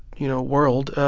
you know, world,